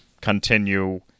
Continue